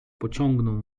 pociągnął